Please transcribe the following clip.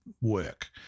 work